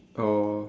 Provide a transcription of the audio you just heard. oh